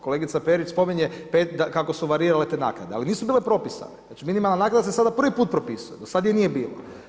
Kolegica Perić spominje kako su varirale te naknade ali nisu bile propisane, znači minimalna naknada se sada prvi put propisuje, do sada je nije bilo.